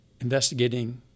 investigating